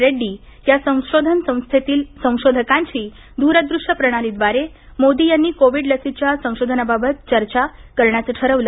रेड्डी या संशोधन संस्थेतील संशोधकांशी दूरदृश्य प्रणालीद्वारे मोदी यांनी कोविड लसीच्या संशोधनाबाबत चर्चा करतील